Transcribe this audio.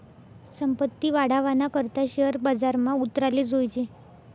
संपत्ती वाढावाना करता शेअर बजारमा उतराले जोयजे